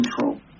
control